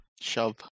shove